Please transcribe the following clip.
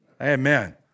Amen